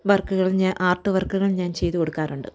വർക്കുകളും ഞാൻ ആർട്ട് വർക്കുകളും ഞാൻ ചെയ്ത് കൊടുക്കാറുണ്ട്